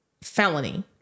felony